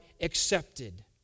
accepted